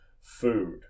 food